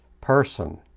person